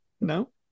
no